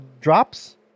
drops